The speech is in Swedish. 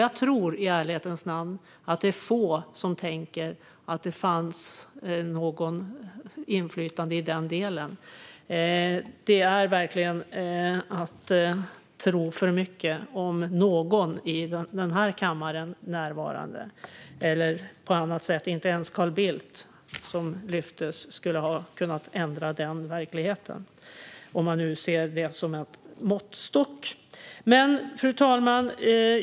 Jag tror i ärlighetens namn att det är få som tänker att det fanns något inflytande i den delen. Det är verkligen att tro för mycket om någon som är närvarande i denna kammare. Inte ens Carl Bildt, som lyftes fram här, skulle ha kunnat ändra denna verklighet, om man nu ser det som en måttstock. Fru talman!